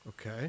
Okay